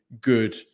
good